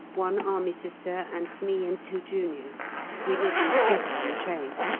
one army sister and me and two juniors we live altogether on the train.